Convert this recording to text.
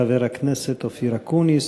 חבר הכנסת אופיר אקוניס.